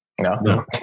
No